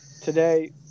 today